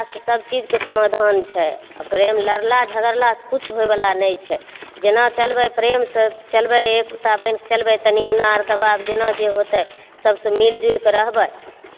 मिललासे सबचीजके समाधान छै आओर प्रेम लड़ला झगड़लासे किछु होइवला नहि छै जेना चलबै प्रेमसे चलबै एकता बनिके चलबै तनि उनार दबाव जेना जे होतै सबसे मिलिजुलिके रहबै